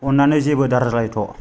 अननानै जेबो दारायज्लायथ'